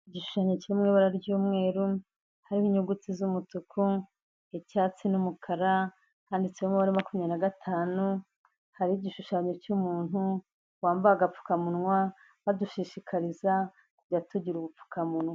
Igishushanyo kiri mu ibara ry'umweru, hariho inyuguti z'umutuku, icyatsi, n'umukara, handitseho umubare makumyabiri na gatanu, hari igishushanyo cy'umuntu, wambaye agapfukamunwa, badushishikariza kujya tugira ubupfukamunwa.